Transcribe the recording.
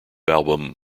album